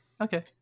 Okay